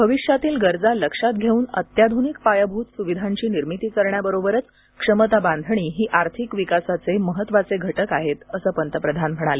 भविष्यातील गरजा लक्षात घेऊन अत्याधुनिक पायाभूत सुविधांची निर्मिती करण्याबरोबरच क्षमता बांधणी हे आर्थिक विकासाचे महत्त्वाचे घटक आहेत असं पंतप्रधान म्हणाले